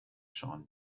sean